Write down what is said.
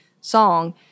song